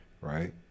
right